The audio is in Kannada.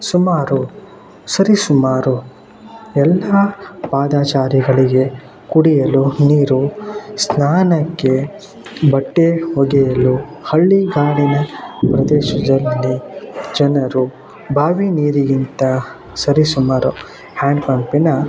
ಸುಮಾರು ಸರಿ ಸುಮಾರು ಎಲ್ಲಾ ಪಾದಚಾರಿಗಳಿಗೆ ಕುಡಿಯಲು ನೀರು ಸ್ನಾನಕ್ಕೆ ಬಟ್ಟೆ ಒಗೆಯಲು ಹಳ್ಳಿಗಾಡಿನ ಪ್ರದೇಶದಲ್ಲಿ ಜನರು ಬಾವಿ ನೀರಿಗಿಂತ ಸರಿ ಸುಮಾರು ಹ್ಯಾಂಡ್ ಪಂಪಿನ